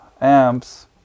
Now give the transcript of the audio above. amps